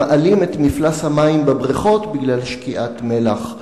שמעלים את מפלס המים בבריכות בגלל שקיעת מלח בקרקעיתן.